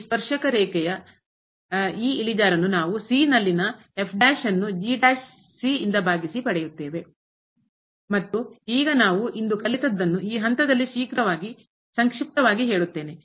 ಆದ್ದರಿಂದ ಈ ಸ್ಪರ್ಶಕ ರೇಖೆಯ ನ ಈ ಇಳಿಜಾರನ್ನು ನಾವು ನಲ್ಲಿನ ಯಿಂದ ಭಾಗಿಸಿ ಪಡೆಯುತ್ತೇವೆ ಮತ್ತು ಈಗ ನಾವು ಇಂದು ಕಲಿತದ್ದನ್ನು ಈ ಹಂತದಲ್ಲಿ ಶೀಘ್ರವಾಗಿ ಸಂಕ್ಷಿಪ್ತವಾಗಿ ಹೇಳುತ್ತೇನೆ